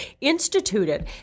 instituted